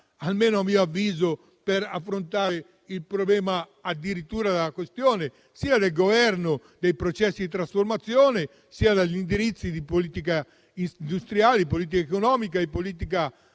almeno a mio avviso - per affrontare il problema della questione sia del governo dei processi di trasformazione, sia degli indirizzi di politica industriale, economica e turistica.